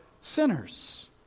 sinners